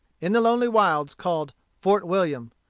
in the lonely wilds, called fort william.